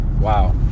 Wow